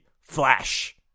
Flash